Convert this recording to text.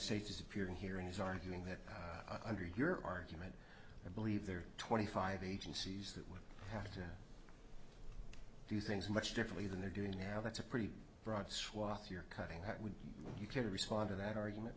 states is appearing here and is arguing that under your argument i believe there are twenty five agencies that would have to do things much differently than they're doing now that's a pretty broad swath you're cutting would you care to respond to that argument